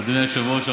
אדוני היושב-ראש,